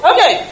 Okay